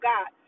God